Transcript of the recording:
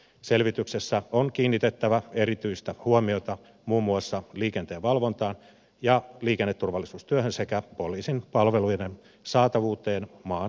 selvityksessä on kiinnitettävä erityistä huomiota muun muassa liikenteen valvontaan ja liikenneturvallisuustyöhön sekä poliisin palveluiden saatavuuteen maan eri osissa